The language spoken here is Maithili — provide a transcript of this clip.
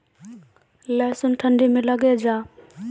लहसुन ठंडी मे लगे जा?